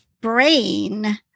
brain